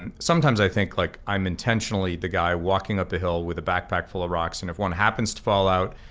and sometimes i think like i'm intentionally the guy walking up the hill with a backpack full of rocks and if one happens to fall out,